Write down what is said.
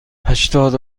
هشتاد